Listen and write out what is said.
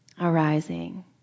arising